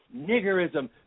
niggerism